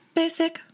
Basic